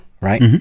right